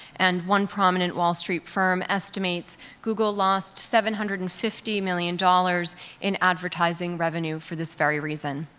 and one prominent wall street firm estimates google lost seven hundred and fifty million dollars in advertising revenue for this very reason.